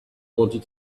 wanted